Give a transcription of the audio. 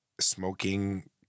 smoking